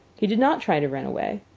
he did not try to run away,